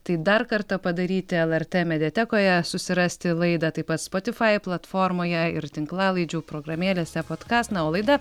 tai dar kartą padaryti lrt mediatekoje susirasti laidą taip pat spotifai platformoje ir tinklalaidžių programėlėse podkast na o laida